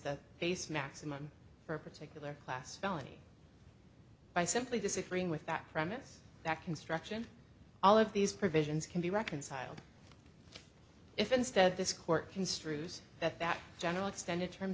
the case maximum for a particular class felony by simply disagreeing with that premise that construction all of these provisions can be reconciled if instead this court construes that that general extended term